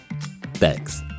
Thanks